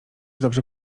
dobrze